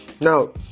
Now